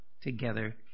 together